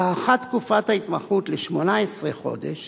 הארכת תקופת ההתמחות ל-18 חודש